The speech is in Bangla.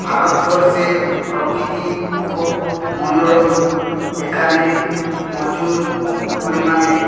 ভারতবর্ষে প্রকৃতি খুব মনোরম এখানে প্রচুর পরিমাণে